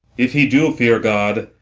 if he do fear god,